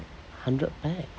hundred pack